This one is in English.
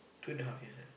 two and a half years ah